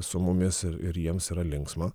su mumis ir ir jiems yra linksma